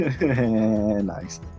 Nice